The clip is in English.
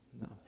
No